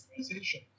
organization